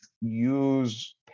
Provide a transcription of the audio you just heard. use